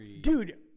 Dude